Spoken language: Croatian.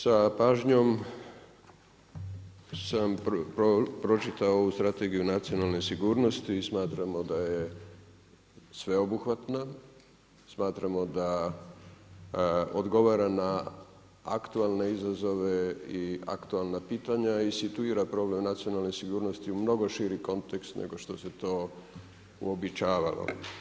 Sa pažnjom sam pročitao ovu Strategiju nacionalne sigurnosti i smatramo da je sveobuhvatna, smatramo da odgovara na aktualne izazove i aktualna pitanja i situira problem nacionalne sigurnosti u mnogo širi kontekst nego što se to uobičavalo.